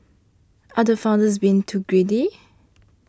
are the founders being too greedy